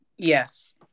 yes